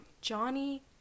johnny